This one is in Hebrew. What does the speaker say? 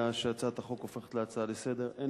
שהצעת החוק הופכת להצעה לסדר-היום.